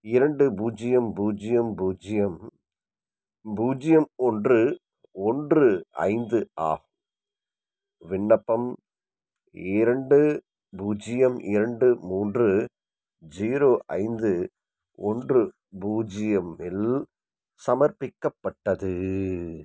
இரண்டு பூஜ்ஜியம் பூஜ்ஜியம் பூஜ்ஜியம் பூஜ்ஜியம் ஒன்று ஒன்று ஐந்து ஆகும் விண்ணப்பம் இரண்டு பூஜ்ஜியம் இரண்டு மூன்று ஜீரோ ஐந்து ஒன்று பூஜ்ஜியமில் சமர்ப்பிக்கப்பட்டது